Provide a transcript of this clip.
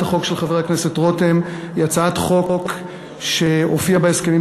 החוק של חבר הכנסת רותם היא הצעת חוק שהופיעה בהסכמים